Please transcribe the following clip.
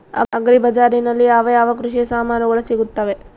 Agri ಬಜಾರಿನಲ್ಲಿ ಯಾವ ಯಾವ ಕೃಷಿಯ ಸಾಮಾನುಗಳು ಸಿಗುತ್ತವೆ?